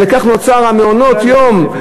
ולכך נוצרו מעונות-היום,